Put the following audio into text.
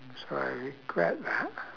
so I regret that